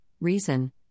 Reason